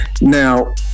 now